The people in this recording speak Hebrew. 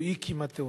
או אי-כמעט-תאונות.